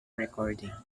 recording